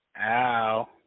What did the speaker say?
Ow